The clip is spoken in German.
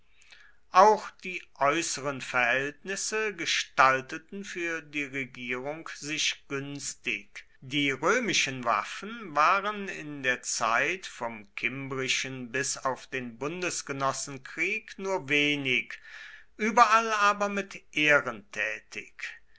auch die äußeren verhältnisse gestalteten für die regierung sich günstig die römischen waffen waren in der zeit vom kimbrischen bis auf den bundesgenossenkrieg nur wenig überall aber mit ehren tätig